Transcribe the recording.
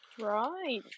Right